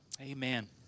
Amen